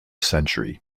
century